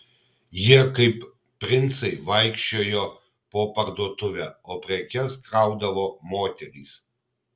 jie kaip princai vaikščiojo po parduotuvę o prekes kraudavo moterys